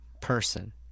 person